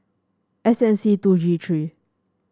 S N C two G three